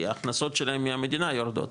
כי ההכנסות שלהם מהמדינה הם יורדות,